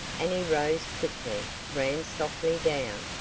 and he rose quickly, ran softly down,